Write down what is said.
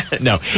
No